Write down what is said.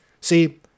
see